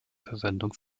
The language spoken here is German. verwendung